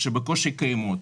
שבקושי קיימות.